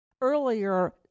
earlier